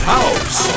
House